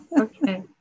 Okay